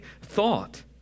thought